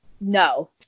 no